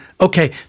Okay